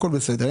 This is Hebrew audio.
הכול בסדר,